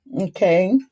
Okay